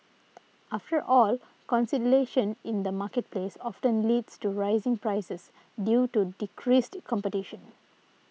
after all consolidation in the marketplace often leads to rising prices due to decreased competition